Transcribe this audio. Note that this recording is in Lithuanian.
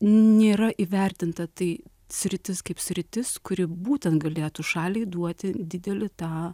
nėra įvertinta tai sritis kaip sritis kuri būtent galėtų šaliai duoti didelį tą